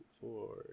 four